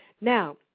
Now